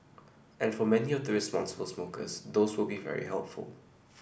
and for many of the responsible smokers those will be very helpful